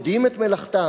יודעים את מלאכתם,